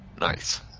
nice